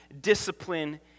discipline